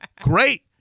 great